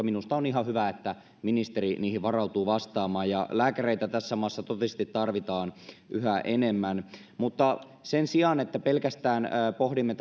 minusta on ihan hyvä että ministeri niihin varautuu vastaamaan lääkäreitä tässä maassa totisesti tarvitaan yhä enemmän mutta sen sijaan että pelkästään pohdimme